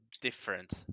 different